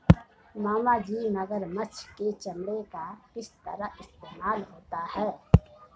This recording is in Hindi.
मामाजी मगरमच्छ के चमड़े का किस तरह इस्तेमाल होता है?